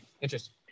interesting